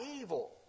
evil